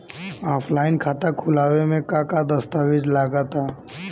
Offline खाता खुलावे म का का दस्तावेज लगा ता?